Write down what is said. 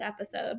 episode